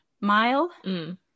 mile